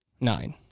nine